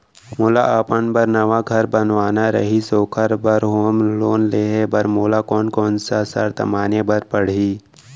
मोला अपन बर नवा घर बनवाना रहिस ओखर बर होम लोन लेहे बर मोला कोन कोन सा शर्त माने बर पड़ही?